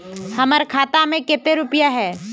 हमर खाता में केते रुपया है?